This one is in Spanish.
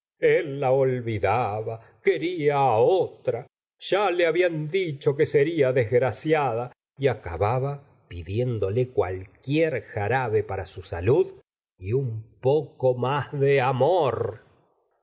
él la olvidaba quería á lotral ya le habían dicho que seria desgraciada y acababa pidiéndole cualquier jarabe para su salud y un poco más de amor